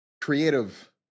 creative